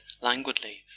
languidly